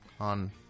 on